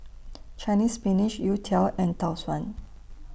Chinese Spinach Youtiao and Tau Suan